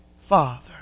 Father